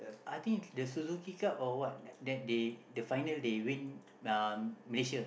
I think the Suzuki-Cup or what that day the final day win uh Malaysia